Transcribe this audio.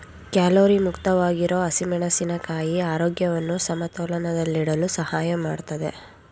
calorie ಮುಕ್ತವಾಗಿರೋ ಹಸಿಮೆಣಸಿನ ಕಾಯಿ ಆರೋಗ್ಯವನ್ನು ಸಮತೋಲನದಲ್ಲಿಡಲು ಸಹಾಯ ಮಾಡ್ತದೆ